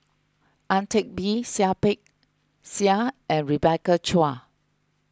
Ang Teck Bee Seah Peck Seah and Rebecca Chua